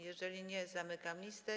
Jeżeli nie, zamykam listę.